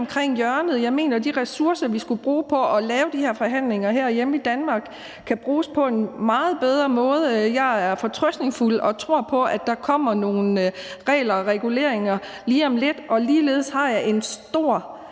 omkring hjørnet. Jeg mener, at de ressourcer, vi skulle bruge på at lave de her forhandlinger herhjemme i Danmark, kan bruges på en meget bedre måde. Jeg er fortrøstningsfuld og tror på, at der kommer nogle regler og reguleringer lige om lidt, og ligeledes har jeg en stor